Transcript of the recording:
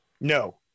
No